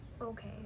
Okay